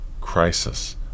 crisis